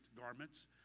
garments